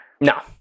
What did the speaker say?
No